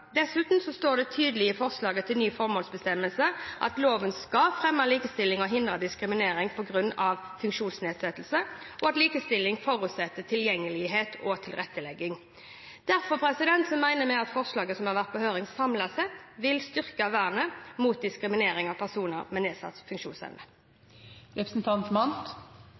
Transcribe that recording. Dessuten står det tydelig i forslaget til ny formålsbestemmelse at loven skal fremme likestilling og hindre diskriminering på grunn av funksjonsnedsettelse, og at likestilling forutsetter tilgjengelighet og tilrettelegging. Derfor mener vi at forslaget som har vært på høring, samlet sett vil styrke vernet mot diskriminering av personer med nedsatt